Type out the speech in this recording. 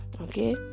Okay